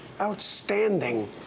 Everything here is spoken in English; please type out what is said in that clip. Outstanding